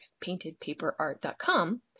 paintedpaperart.com